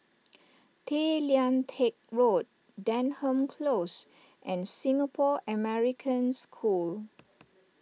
Tay Lian Teck Road Denham Close and Singapore American School